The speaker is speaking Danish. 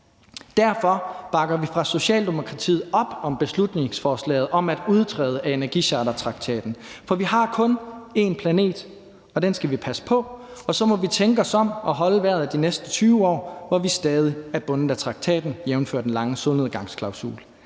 Derfor bakker vi fra Socialdemokratiets side op om beslutningsforslaget om at udtræde af energichartertraktaten, for vi har kun én planet, og den skal vi passe på. Så vi må tænke os om og holde vejret de næste 20 år, hvor vi stadig er bundet af traktaten, jævnfør den lange solnedgangsklausul.